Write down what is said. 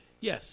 Yes